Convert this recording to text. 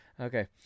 okay